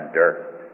dirt